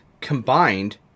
combined